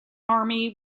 army